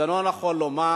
זה לא נכון לומר